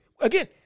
again